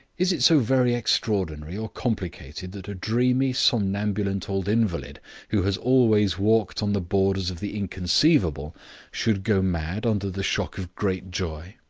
is it so very extraordinary or complicated that a dreamy somnambulant old invalid who has always walked on the borders of the inconceivable should go mad under the shock of great joy?